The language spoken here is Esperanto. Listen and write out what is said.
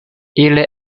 ili